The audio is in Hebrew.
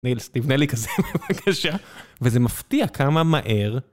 נילס, תבנה לי כזה בבקשה, וזה מפתיע כמה מהר.